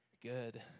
good